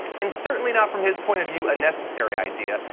and certainly not from his point of view a necessary idea.